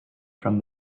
from